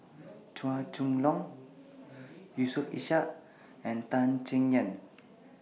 Chua Chong Long Yusof Ishak and Tan Chay Yan